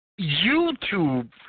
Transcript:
YouTube